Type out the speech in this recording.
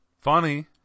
funny